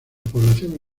población